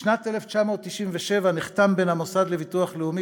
בשנת 1997 נחתם בין המוסד לביטוח לאומי